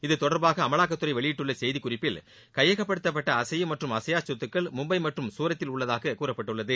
இதுதொடர்பாக அமலாக்கத்துறை வெளியிட்டுள்ள செய்திக் குறிப்பில் கையகப்படுத்தப்பட்ட அசையும் மற்றும் அசையா சொத்துக்கள் மும்பை மற்றும் சூரத்தில் உள்ளதாக கூறப்பட்டுள்ளது